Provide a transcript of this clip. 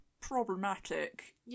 problematic